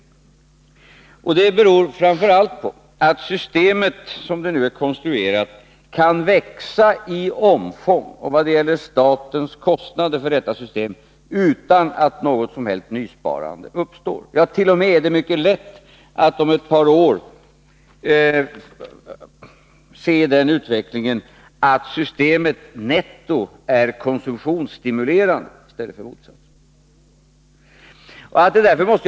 Det beror framför allt på att systemet, som det nu är konstruerat, kan växa i omfång — och därmed ökar statens kostnader för det — utan att något som helst nysparande uppstår. Det ärt.o.m. mycket lätt att se den utvecklingen att systemet om ett par år netto är konsumtionsstimulerande i stället för motsatsen.